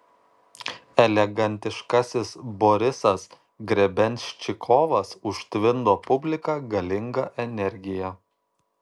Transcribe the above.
elegantiškasis borisas grebenščikovas užtvindo publiką galinga energija